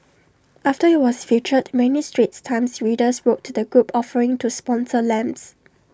after IT was featured many straits times readers wrote to the group offering to sponsor lamps